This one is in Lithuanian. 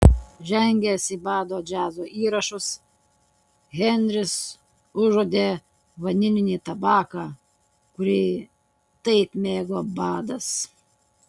žengęs į bado džiazo įrašus henris užuodė vanilinį tabaką kurį taip mėgo badas